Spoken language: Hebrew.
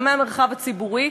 גם מהמרחב הציבורי,